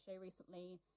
recently